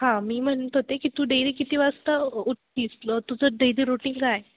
हां मी म्हणत होते की तू डेली किती वाजता उठतेस तुझं डेली रुटीन काय